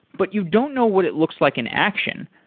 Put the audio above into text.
but you don't know what it looks like in action,